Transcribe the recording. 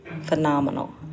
phenomenal